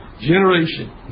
generation